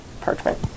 parchment